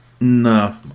no